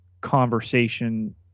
conversation